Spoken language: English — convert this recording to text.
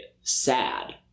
sad